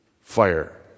fire